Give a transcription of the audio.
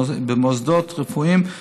במוסדות רפואיים,